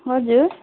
हजुर